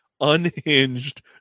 unhinged